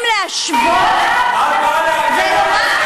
לעבירות טרור,